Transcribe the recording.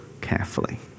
carefully